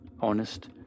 honest